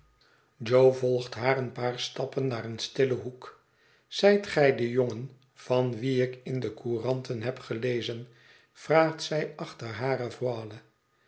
jo volgt haar een paar stappen naar een stillen hoek zijt gij de jongen van wien ik in de couranten heb gelezen vraagt zij achter hare